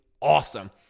awesome